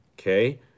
okay